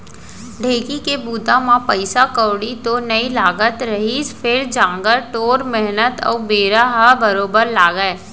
ढेंकी के बूता म पइसा कउड़ी तो नइ लागत रहिस फेर जांगर टोर मेहनत अउ बेरा ह बरोबर लागय